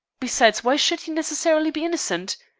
besides, why should he necessarily be innocent?